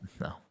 No